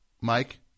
Mike